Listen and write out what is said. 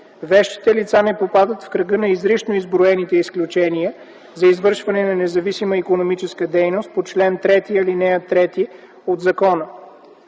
Вещите лица не попадат в кръга на изрично изброените изключения за извършване на независима икономическа дейност по чл. 3, ал. 3 от закона.